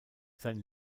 sein